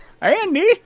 Andy